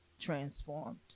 transformed